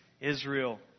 Israel